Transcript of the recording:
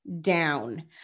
down